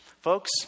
Folks